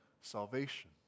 salvation